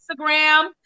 Instagram